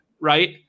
right